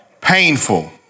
painful